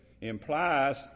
implies